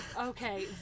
Okay